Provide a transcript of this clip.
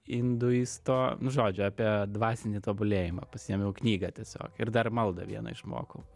induisto nu žodžiu apie dvasinį tobulėjimą pasiėmiau knygą tiesiog ir dar maldą vieną išmokau